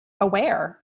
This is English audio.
aware